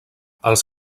els